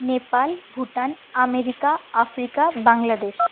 Nepal Bhutan America Africa Bangladesh